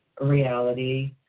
reality